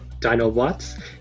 Dinobots